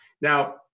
Now